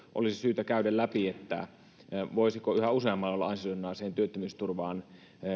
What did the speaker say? olisi syytä käydä kolmikantaisesti läpi voisiko yhä useammalla olla ansiosidonnaiseen työttömyysturvaan